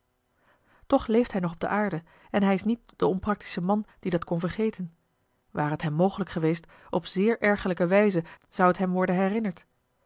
toch leeft hij nog op de aarde en hij is niet de onpraktische man die dat kon vergeten ware het hem mogelijk geweest op zeer ergerlijke wijze zou het hem worden herinnerd